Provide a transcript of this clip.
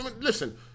Listen